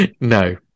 No